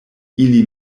ili